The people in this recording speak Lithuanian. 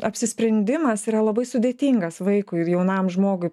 apsisprendimas yra labai sudėtingas vaikui ir jaunam žmogui